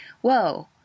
whoa